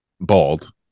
Bald